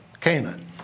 Canaan